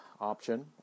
option